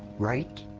right?